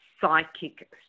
psychic